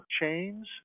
chains